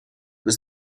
was